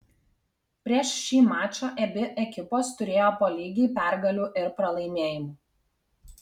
prieš šį mačą abi ekipos turėjo po lygiai pergalių ir pralaimėjimų